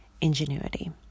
ingenuity